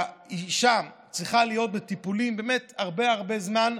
האישה צריכה להיות בטיפולים באמת הרבה הרבה זמן,